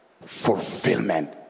fulfillment